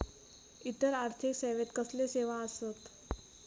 इतर आर्थिक सेवेत कसले सेवा आसत?